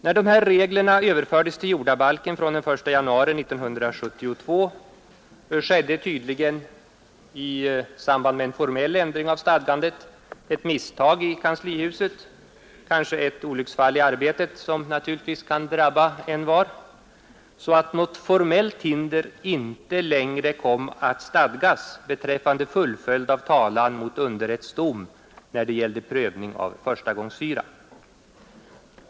När dessa regler överfördes till jordabalken från den 1 januari 1972 skedde tydligen, i samband med en formell ändring av stadgandet, ett misstag i kanslihuset — kanske ett olycksfall i arbetet; något som naturligtvis kan drabba envar — så att något formellt hinder inte längre kom att stadgas beträffande fullföljd av talan mot underrätts dom när det gällde prövning av förstagångshyra.